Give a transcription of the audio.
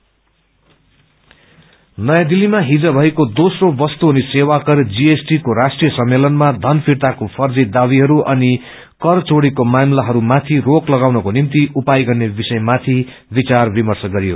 GST नयाँ दिल्लीमा हिज भएको दोस्रो वस्तु अनि सेवाकर जीएसटीको राष्ट्रीय सम्मेलनमा थन फिर्ताको फर्जी दावीहरू अनि कर चोरीको मामलाहरूमाथि रोक लगाउनको निम्ति उपाय गर्ने विषयमाथि विचार विमर्श गरियो